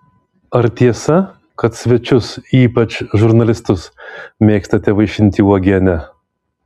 ar tiesa kad svečius ypač žurnalistus mėgstate vaišinti uogiene